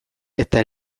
eta